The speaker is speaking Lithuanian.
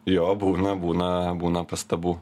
jo būna būna būna pastabų